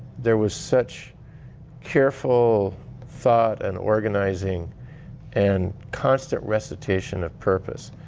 there was such careful thought and organizing and constant recitation of purpose,